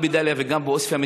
גם בדאליה וגם בעוספייא,